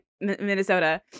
Minnesota